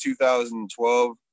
2012